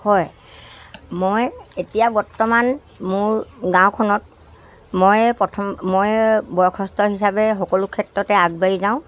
হয় মই এতিয়া বৰ্তমান মোৰ গাঁওখনত মই প্ৰথম মই বয়সস্থ হিচাপে সকলো ক্ষেত্ৰতে আগবাঢ়ি যাওঁ